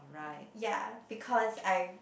ya because I